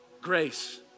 grace